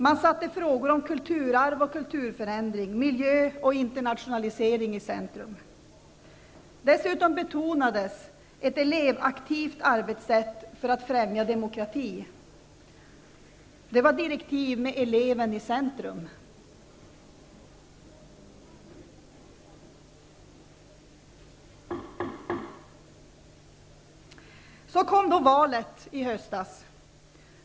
Man satte frågor om kulturarv och kulturförändring, miljö och internationalisering i centrum. Dessutom betonades detta med ett elevaktivt arbetssätt för att främja demokratin. Det var direktiv där eleven sattes i centrum. Så kom då valet i höstas.